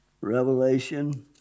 Revelation